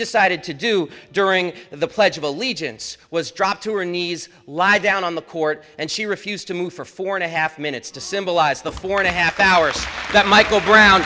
decided to do during the pledge of allegiance was dropped to her knees lie down on the court and she refused to move for four and a half minutes to symbolize the four and a half hours that michael brown